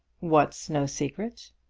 what's no secret?